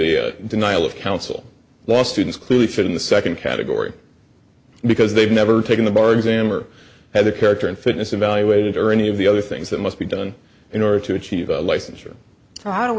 a denial of counsel law students clearly fit in the second category because they've never taken the bar exam or have the character and fitness evaluated or any of the other things that must be done in order to achieve licensure